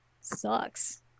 Sucks